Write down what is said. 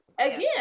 Again